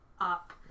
up